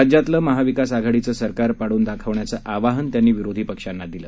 राज्यातलं आपलं महाविकास आघाडीचं सरकार पाडून दाखवण्याचं आवाहन त्यांनी यावेळी विरोधी पक्षांना दिलं